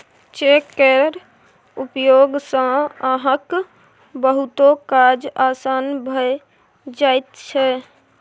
cheque केर उपयोग सँ अहाँक बहुतो काज आसान भए जाइत छै